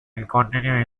continue